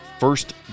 First